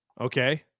Okay